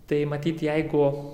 tai matyt jeigu